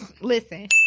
Listen